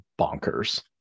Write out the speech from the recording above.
bonkers